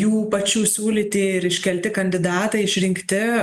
jų pačių siūlyti ir iškelti kandidatai išrinkti